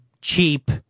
cheap